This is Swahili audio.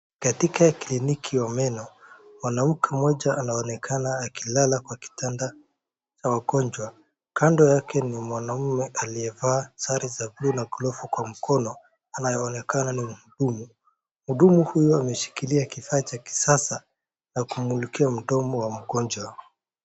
Katika kliniki ya meno mwanamke mmoja anaoneka akilala kwa kitanda ya wagonjwa. Kando yake ni mwanaume aliyevaa sare ya bluu na glovu kwa mkono anayeonekana ni mhudumu. Mhudumu huyu ameshikilia kifaa cha kisasa ya kumulikia mdomo wa mgonjwa.